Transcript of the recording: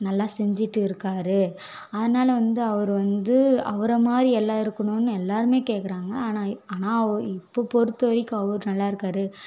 நல்லா செஞ்சிட்டு இருக்கார் அதனால் வந்து அவர் வந்து அவரை மாதிரி எல்லாம் இருக்குதுணுனு எல்லோருமே கேட்குறாங்க ஆனால் ஆனால் அவர் இப்போ பொருத்த வரைக்கும் அவர் நல்லாயிருக்காரு